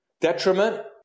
detriment